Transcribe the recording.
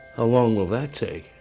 ah long will that take?